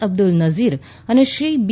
અબ્દુલ નઝીર અને શ્રી બી